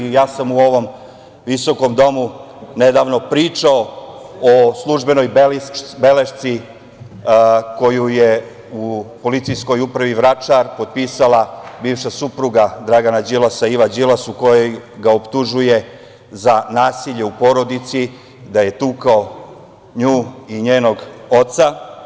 Ja sam u ovom visokom domu nedavno pričao o službenoj belešci koju je u PU Vračar potpisala bivša supruga Dragana Đilasa, Iva Đilas, u kojoj ga optužuje za nasilje u porodici, da je tukao nju i njenog oca.